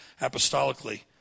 apostolically